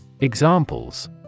Examples